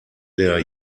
der